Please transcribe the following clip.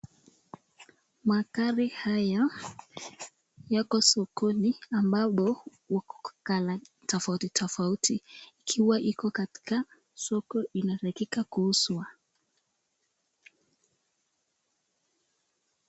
Magari haya yako sokoni ambapo wako kala tofautitofauti, ikiwa iko katika soko inatakika kuuzwa